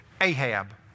Ahab